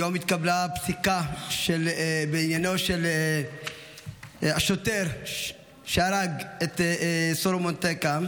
היום התקבלה הפסיקה בעניינו של השוטר שהרג את סלומון טקה.